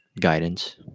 guidance